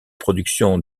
production